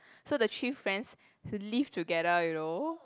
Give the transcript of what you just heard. so the three friends to live together you know